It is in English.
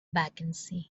vacancy